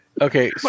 Okay